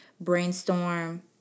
brainstorm